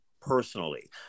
personally